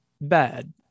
bad